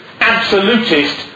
absolutist